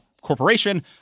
Corporation